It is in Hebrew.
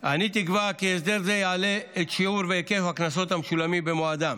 אני תקווה כי הסדר זה יעלה את שיעור והיקף הקנסות המשולמים במועדם.